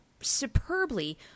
superbly